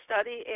study